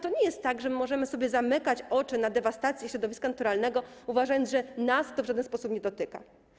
To nie jest tak, że my możemy sobie zamykać oczy na dewastację środowiska naturalnego, uważając, że nas to w żaden sposób nie dotyka.